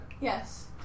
Yes